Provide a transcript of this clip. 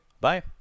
Bye